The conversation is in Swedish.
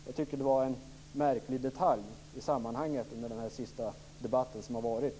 Jag tycker att det var en märklig detalj i sammanhanget under den sista debatt som har varit.